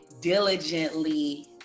diligently